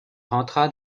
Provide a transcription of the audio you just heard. rentra